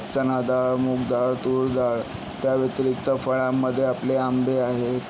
चना डाळ मूंग डाळ तूर डाळ त्याव्यतिरिक्त फळांमध्ये आपले आंबे आहे